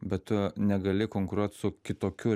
bet tu negali konkuruot su kitokiu